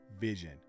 vision